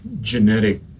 genetic